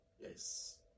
Yes